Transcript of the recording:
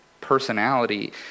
personality